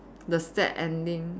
the sad ending